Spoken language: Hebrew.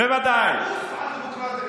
בוז על הדמוקרטיה שלכם.